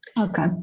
Okay